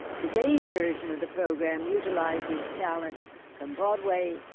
today's version of the program utilizes talent from broadway,